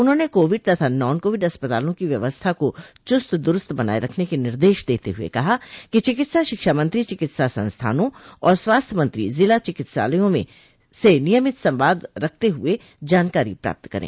उन्होंने कोविड तथा non covid अस्पतालों की व्यवस्था को चुस्त दुरूस्त बनाये रखने के निर्देश देते हुए कहा कि चिकित्सा शिक्षा मंत्री चिकित्सा संस्थानों और स्वास्थ्य मंत्री जिला चिकित्सालयों से नियमित संवाद रखते हुए जानकारी प्राप्त करे